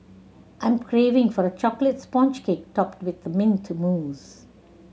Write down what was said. I'm craving for a chocolate sponge cake topped with mint mousse